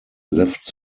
left